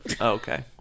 Okay